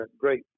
great